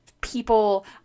people